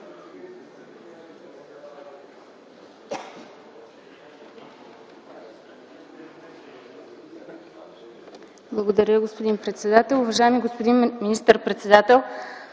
Благодаря, господин председател. Уважаеми господин министър-председател,